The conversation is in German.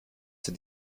sie